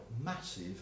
massive